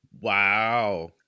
Wow